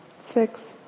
six